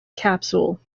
capsule